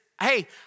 hey